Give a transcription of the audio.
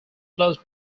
close